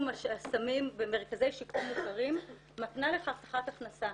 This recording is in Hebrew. הסמים במרכזי שיקום מוכרים מקנה לך הבטחת הכנסה.